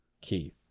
Keith